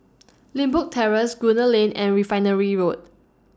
Limbok Terrace Gunner Lane and Refinery Road